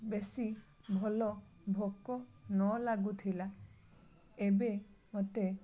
ବେଶୀ ଭଲ ଭୋକ ନ ଲାଗୁଥିଲା ଏବେ ମୋତେ